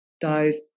dies